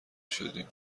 شدیم